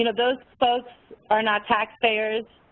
you know those folks are not tax payers.